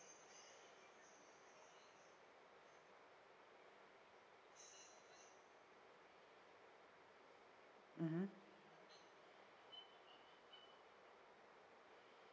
mmhmm